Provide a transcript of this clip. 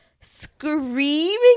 screaming